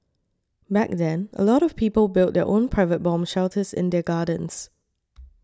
back then a lot of people built their own private bomb shelters in their gardens